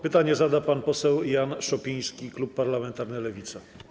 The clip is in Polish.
Pytanie zada pan poseł Jan Szopiński, klub parlamentarny Lewica.